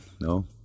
No